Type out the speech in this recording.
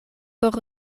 por